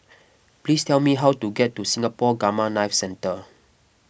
please tell me how to get to Singapore Gamma Knife Centre